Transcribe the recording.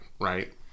Right